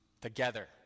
together